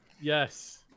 Yes